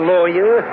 Lawyer